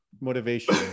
motivation